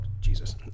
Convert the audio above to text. Jesus